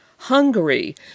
Hungary